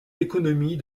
d’économie